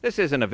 this isn't a